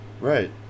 Right